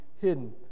hidden